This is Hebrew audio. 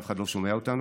כשאף אחד לא שומע אותנו.